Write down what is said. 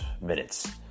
minutes